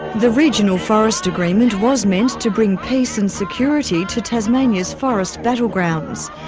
the regional forest agreement was meant to bring peace and security to tasmania's forest battlegrounds.